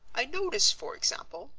i notice, for example,